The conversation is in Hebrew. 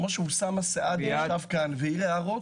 כמו שאוסאמה סעדי ישב פה והעיר הערות,